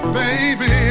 baby